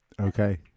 Okay